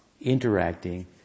interacting